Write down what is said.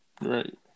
Right